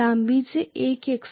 लांबीचे एक x1